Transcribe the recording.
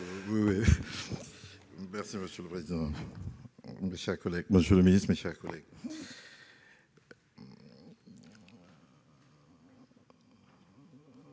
Monsieur le président, monsieur le ministre, mes chers collègues,